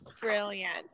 brilliant